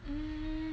um